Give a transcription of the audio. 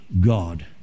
God